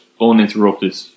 uninterrupted